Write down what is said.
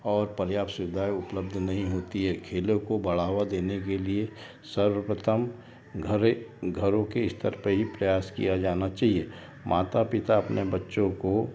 और पर्याप्त सुविधाएं उपलब्ध नहीं होती है खेलों को बढ़ावा देने के लिए सर्वप्रथम घरों के स्तर पे ही प्रयास किया जाना चाहिए माता पिता अपने बच्चों को